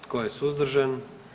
Tko je suzdržan?